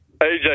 AJ